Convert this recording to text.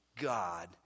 God